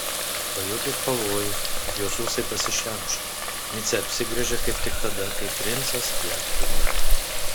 pajutus pavojų jos ūsai pasišiaušė micė apsigręžė kaip tik tada kai princas ją puolė